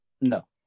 No